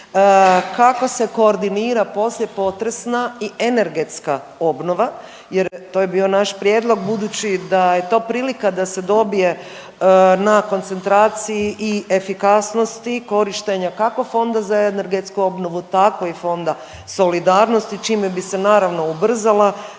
kako se koordinira poslije potresna i energetska obnova, jer to je bio naš prijedlog budući da je to prilika da se dobije na koncentraciji i efikasnosti korištenja kako Fonda za energetsku obnovu, tako i Fonda solidarnosti čime bi se naravno ubrzala